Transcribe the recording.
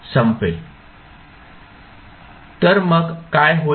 तर मग काय होईल